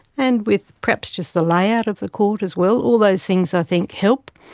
and with perhaps just the layout of the court as well, all those things i think help.